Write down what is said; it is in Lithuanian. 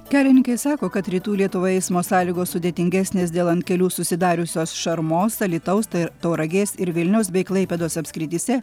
kelininkai sako kad rytų lietuvoje eismo sąlygos sudėtingesnės dėl ant kelių susidariusios šarmos alytaus tai tauragės ir vilniaus bei klaipėdos apskrityse